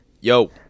Yo